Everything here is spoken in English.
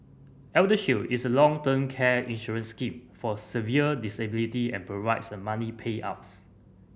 ElderShield is a long term care insurance scheme for severe disability and provides the money payouts